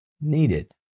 needed